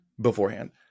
beforehand